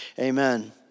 amen